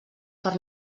per